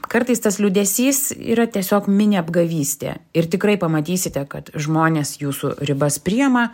kartais tas liūdesys yra tiesiog mini apgavystė ir tikrai pamatysite kad žmonės jūsų ribas priima